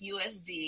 USD